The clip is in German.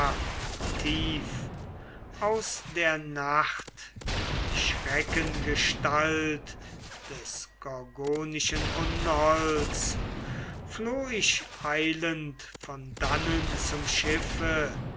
tief aus der nacht die schreckengestalt des gorgonischen unholds floh ich eilend von dannen zum schiffe